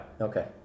Okay